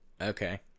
Okay